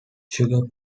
sugar